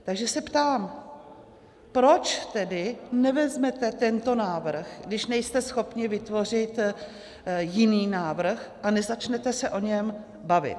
Takže se ptám, proč tedy nevezmete tento návrh, když nejste schopni vytvořit jiný návrh, a nezačnete se o něm bavit.